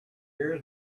here